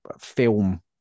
film